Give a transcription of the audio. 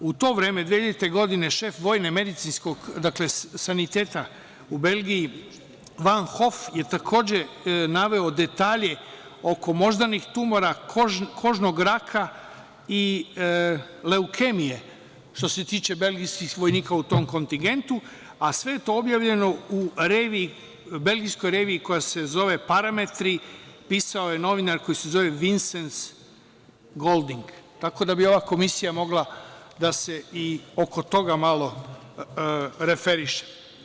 U to vreme 2000. godine šef vojno-medicinskog saniteta u Belgiji Van Hof je takođe naveo detalje oko moždanih tumora, kožnog raka i leukemije, što se tiče belgijskih vojnika u tom kontigentu, a sve je to objavljeno u belgijskoj reviji koja se zove „Parametri“, pisao je novinar koji se zove Vinsens Golding, tako da bi ova komisija mogla da se i oko toga malo referiše.